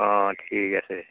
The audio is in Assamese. অঁ ঠিক আছে